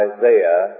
Isaiah